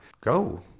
Go